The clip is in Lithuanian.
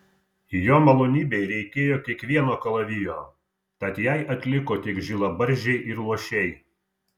jo malonybei reikėjo kiekvieno kalavijo tad jai atliko tik žilabarzdžiai ir luošiai